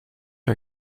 are